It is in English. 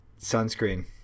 Sunscreen